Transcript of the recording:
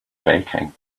baking